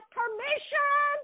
permission